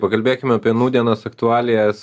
pakalbėkim apie nūdienos aktualijas